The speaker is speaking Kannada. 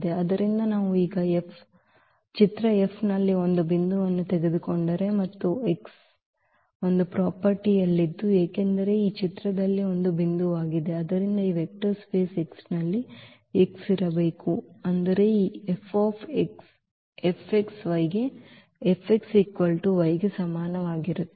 ಆದ್ದರಿಂದ ನಾವು ಈಗ ಚಿತ್ರ F ನಲ್ಲಿ ಒಂದು ಬಿಂದುವನ್ನು ತೆಗೆದುಕೊಂಡರೆ ಮತ್ತು X ಒಂದು ಅಸ್ತಿತ್ವದಲ್ಲಿದ್ದು ಏಕೆಂದರೆ ಇದು ಚಿತ್ರದಲ್ಲಿ ಒಂದು ಬಿಂದುವಾಗಿದೆ ಆದ್ದರಿಂದ ಈ ವೆಕ್ಟರ್ ಸ್ಪೇಸ್ X ನಲ್ಲಿ X ಇರಬೇಕು ಅಂದರೆ ಈ F x y ಗೆ ಸಮನಾಗಿರುತ್ತದೆ